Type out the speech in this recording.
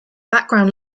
background